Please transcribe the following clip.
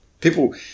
People